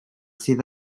sydd